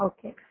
Okay